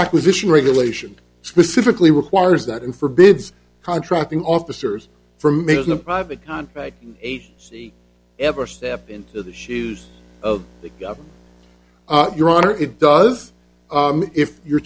acquisition regulation specifically requires that in forbids contracting officers from making a private contract agency ever step into the shoes of the gun up your honor it does if you're